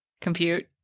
Compute